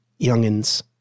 youngins